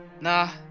Nah